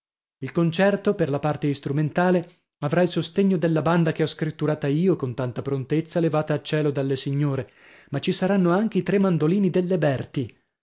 il concerto per la parte istrumentale avrà il sostegno della banda che ho scritturata io con tanta prontezza levata a cielo dalle signore ma ci saranno anche i tre mandolini delle berti